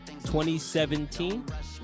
2017